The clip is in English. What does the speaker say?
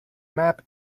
map